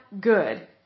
good